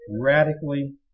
radically